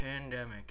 Pandemic